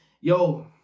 yo